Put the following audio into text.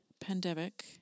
pandemic